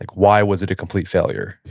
like why was it a complete failure?